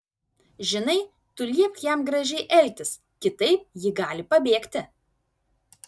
žinai tu liepk jam gražiai elgtis kitaip ji gali pabėgti